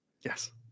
yes